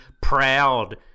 proud